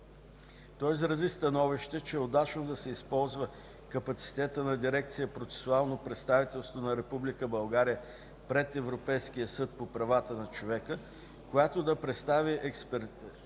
той изрази становище, че е удачно да се използва капацитетът на Дирекция „Процесуално представителство на Република България пред Европейския съд по правата на човека“, която да представи експертиза